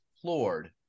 floored